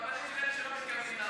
אבנים של כאלה שלא מתכוונים להרוג,